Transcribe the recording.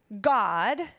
God